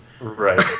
Right